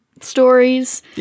stories